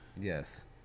Yes